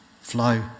flow